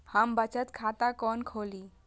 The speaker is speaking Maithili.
हम बचत खाता कोन खोली?